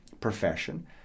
profession